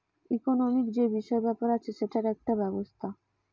economic যে বিষয় ব্যাপার আছে সেটার একটা ব্যবস্থা